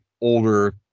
older